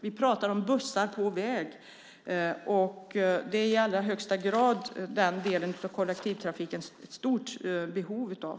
Vi pratar om bussar på väg, och vägar har i allra högsta grad den delen av kollektivtrafiken ett stort behov av.